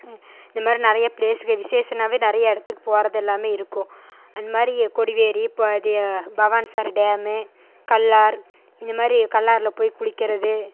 இந்தமாதிரி நிறைய பிளேஸ்க்கு விசேஷம்னாவே நிறைய இடத்துக்கு போவது எல்லாமே இருக்கும் அந்தமாதிரி கொடிவேரி ப இது பவானி சாகர் டேம்மு கல்லார் இந்தமாதிரி கல்லாரில் போய் குளிக்கிறது